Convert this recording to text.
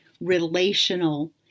relational